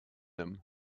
them